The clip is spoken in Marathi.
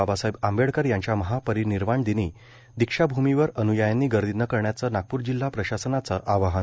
बाबासाहेब आंबेडकर यांच्या महापरिनिर्वाण दिनी दीक्षाभूमीवर अन्यायांनी गर्दी न करण्याचं नागपूर जिल्हा प्रशासनाचा आवाहन